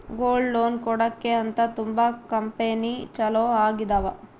gold loan ಕೊಡಕ್ಕೆ ಅಂತ ತುಂಬಾ ಕಂಪೆನಿ ಚಾಲೂ ಆಗಿದಾವ